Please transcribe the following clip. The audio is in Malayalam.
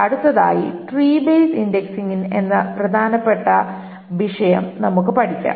അടുത്തതായി ട്രീ ബേസ്ഡ് ഇന്ഡക്സിങ് എന്ന വളരെ പ്രധാനപ്പെട്ട ഒരു വിഷയം നമുക്ക് പഠിക്കാം